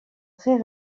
très